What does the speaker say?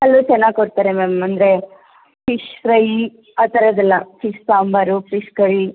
ಅಲ್ಲೂ ಚೆನ್ನಾಗಿ ಕೊಡ್ತಾರೆ ಮ್ಯಾಮ್ ಅಂದರೆ ಫಿಶ್ ಫ್ರೈ ಆ ಥರದ್ದೆಲ್ಲ ಫಿಶ್ ಸಾಂಬಾರು ಫಿಶ್ ಕರ್ರಿ